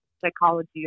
psychology